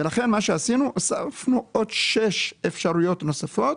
לכן מה שעשינו, הוספנו עוד שש אפשרויות נוספות